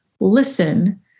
listen